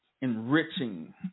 enriching